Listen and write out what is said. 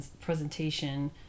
presentation